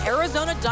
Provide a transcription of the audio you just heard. Arizona